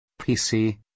PC